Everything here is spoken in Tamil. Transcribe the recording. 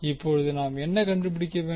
இப்போது நாம் என்ன கண்டுபிடிக்க வேண்டும்